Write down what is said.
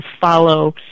follow